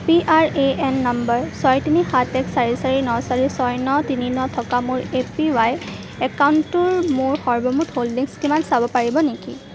PRAN নম্বৰ ছয় তিনি সাত এক চাৰি চাৰি ন চাৰি ছয় ন তিনি ন থকা মোৰ এপিৱাই একাউণ্টটোৰ মোৰ সৰ্বমুঠ হোল্ডিংছ কিমান চাব পাৰিব নেকি